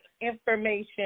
information